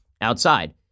outside